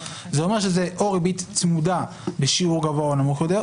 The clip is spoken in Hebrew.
זה אומר שזו או ריבית צמודה בשיעור גבוה או נמוך יותר,